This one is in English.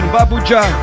Babuja